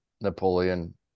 Napoleon